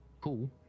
cool